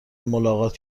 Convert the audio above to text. ملاقات